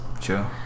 Sure